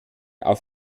auf